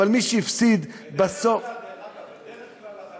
אבל מי שהפסיד בסוף בדרך כלל זה ככה.